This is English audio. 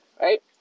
Right